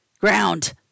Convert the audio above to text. Ground